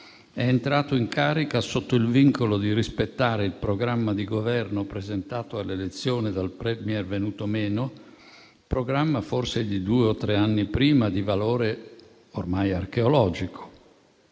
è entrato in carica sotto il vincolo di rispettare il programma di governo presentato alle elezioni dal *Premier* venuto meno, programma forse di due o tre anni prima, di valore ormai archeologico?